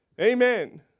Amen